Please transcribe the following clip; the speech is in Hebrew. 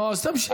נו, אז תמשיך.